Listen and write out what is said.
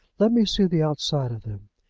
let me see the outside of them.